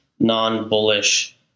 non-bullish